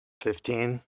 Fifteen